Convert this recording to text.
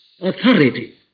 authority